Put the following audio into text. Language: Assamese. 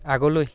আগলৈ